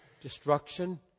destruction